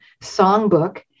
songbook